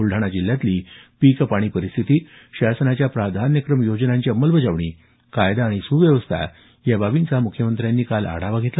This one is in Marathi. बुलडाणा जिल्ह्यातली पीक पाणी परिस्थिती शासनाच्या प्राधान्यक्रम योजनांची अंमलबजावणी कायदा आणि सुव्यवस्था या बाबींचा म्ख्यमंत्र्यांनी काल आढावा घेतला